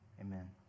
amen